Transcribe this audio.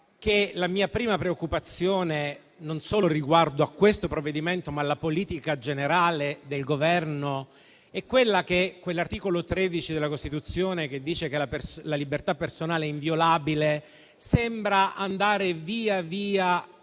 che la mia prima preoccupazione, non solo riguardo a questo provvedimento, ma alla politica generale del Governo, è che l'articolo 13 della Costituzione, che dice che la libertà personale è inviolabile, sembra venire